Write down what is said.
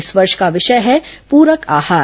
इस वर्ष का विषय है पूरक आहार